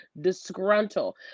Disgruntled